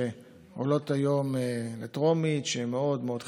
שעולות היום לטרומית שהן מאוד מאוד חברתיות,